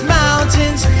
mountains